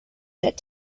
that